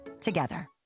together